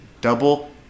double